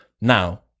Now